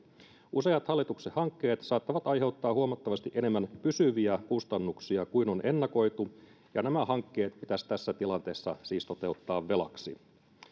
useat hallituksen hankkeet saattavat aiheuttaa huomattavasti enemmän pysyviä kustannuksia kuin on ennakoitu ja nämä hankkeet pitäisi tässä tilanteessa siis toteuttaa velaksi